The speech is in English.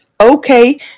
okay